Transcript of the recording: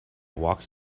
walks